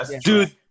Dude